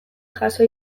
jaso